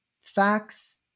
facts